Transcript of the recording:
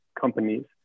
companies